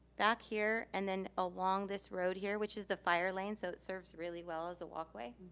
back here, and then along this road here which is the fire lane, so it serves really well as a walkway,